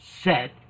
set